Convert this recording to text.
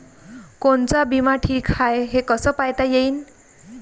कोनचा बिमा ठीक हाय, हे कस पायता येईन?